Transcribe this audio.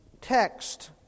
text